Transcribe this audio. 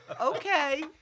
okay